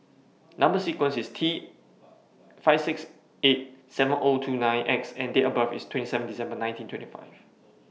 Number sequence IS T five six eight seven two nine X and Date of birth IS two seven December nineteen twenty five